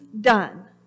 done